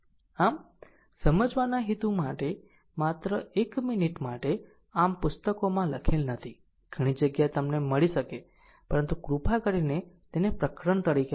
આમ સમજવાના હેતુ માટે માત્ર એક મિનિટ માટે આમ પુસ્તકોમાં લખેલ નથી ઘણી જગ્યાએ તમને મળી શકે પરંતુ કૃપા કરીને તેને પ્રકરણ તરીકે વાંચો